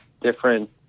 different